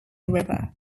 river